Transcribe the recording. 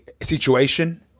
situation